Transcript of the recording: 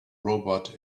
robot